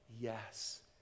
yes